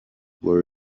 were